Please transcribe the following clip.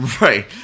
right